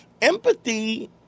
empathy